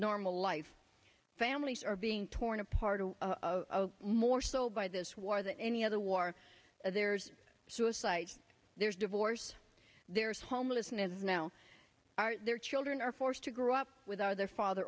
normal life families are being torn apart more so by this war than any other war there's suicide there's divorce there's homelessness and now their children are forced to grow up without their father